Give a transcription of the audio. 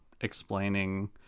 explaining